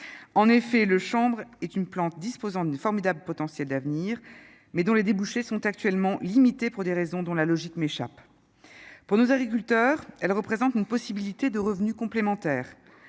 en effet, le chambre est une plante disposant d'une formidable potentiel d'avenir mais dont les débouchés sont actuellement limitées, pour des raisons dont la logique m'échappe pour nos agriculteurs, elle représente une possibilité de revenus complémentaires,